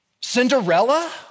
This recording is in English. Cinderella